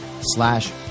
slash